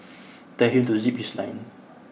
tell him to zip his lip